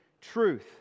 truth